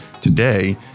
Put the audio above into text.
today